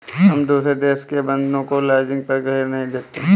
हम दुसरे देश के बन्दों को लीजिंग पर घर नहीं देते